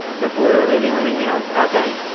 that's literally the only thing we have? okay.